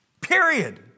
period